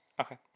Okay